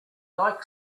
like